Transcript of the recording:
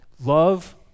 Love